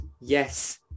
yes